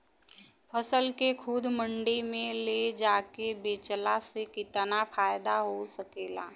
फसल के खुद मंडी में ले जाके बेचला से कितना फायदा हो सकेला?